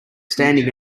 standing